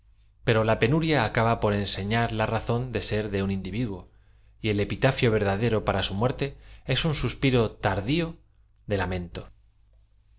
pero la penuria aca b a por enseñar la razón de ser de un individuo y d epitafio verdadero para su muerte es un suspiro tardio de lamento